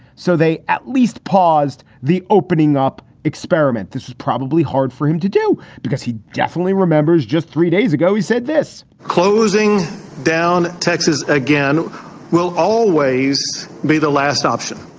so they at least paused the opening up experiment. this is probably hard for him to do because he definitely remembers just three days ago he said this closing down texas again will always be the last option.